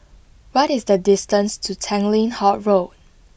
what is the distance to Tanglin Halt Road